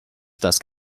desk